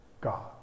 God